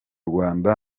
rwanda